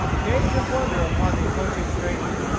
gazed with wonder upon the approaching stranger.